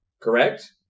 correct